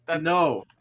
no